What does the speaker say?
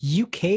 UK